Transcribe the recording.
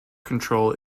control